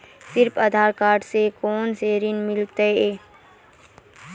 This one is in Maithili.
सिर्फ आधार कार्ड से कोना के ऋण मिलते यो?